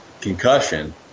concussion